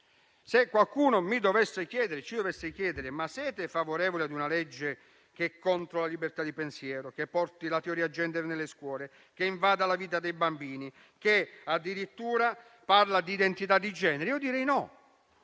Se qualcuno invece ci dovesse chiedere se siamo favorevoli a una legge contro la libertà di pensiero, che porti la teoria gender nelle scuole, che invada la vita dei bambini, che addirittura parli di identità di genere, direi di